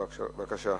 בבקשה.